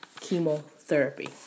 chemotherapy